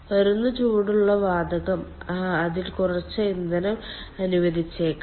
വരുന്ന ചൂടുള്ള വാതകം അതിൽ കുറച്ച് ഇന്ധനം അനുവദിച്ചേക്കാം